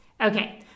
Okay